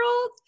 old